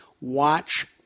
watch